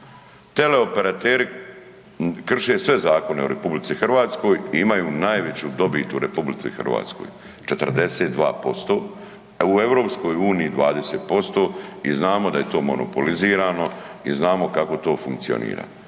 Teleoperateri krše sve zakone u RH i imaju najveću dobit u RH, 42%, a u EU 20% i znamo da je to monopolizirano i znamo kako to funkcionira.